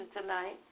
tonight